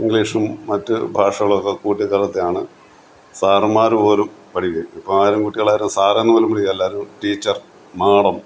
ഇംഗ്ലീഷും മറ്റ് ഭാഷകളും ഒക്കെ കൂട്ടികലർത്തി ആണ് സാറമ്മാര് പോലും പഠിപ്പിക്കുന്നത് ഇപ്പോ ആരും കുട്ടികളാരും സാറേ എന്ന് പോലും വിളിക്കാറില്ല ഇപ്പോൾ എല്ലാരും ടീച്ചർ മാഡം